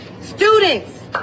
students